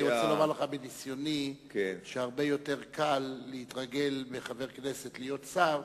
אני רוצה לומר לך שמניסיוני הרבה יותר קל לחבר כנסת להתרגל להיות שר